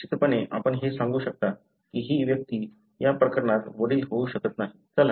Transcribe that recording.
निश्चितपणे आपण हे सांगू शकता की हि व्यक्ती या प्रकरणात वडील होऊ शकत नाही